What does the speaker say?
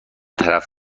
طرف